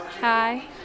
Hi